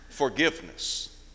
Forgiveness